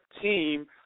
team